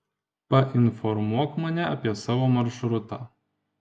painformuok mane apie savo maršrutą